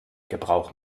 gebrauch